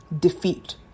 defeat